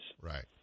Right